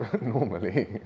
normally